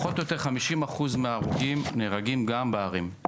בערך 50% מההרוגים נהרגים בערים,